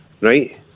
right